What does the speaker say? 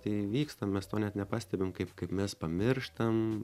tai vyksta mes to net nepastebim kaip kaip mes pamirštam